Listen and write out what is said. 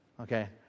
Okay